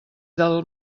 del